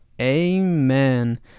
Amen